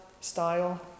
style